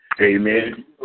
Amen